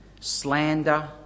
slander